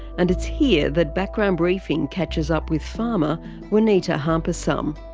and it's here that background briefing catches up with farmer juanita hamparsum.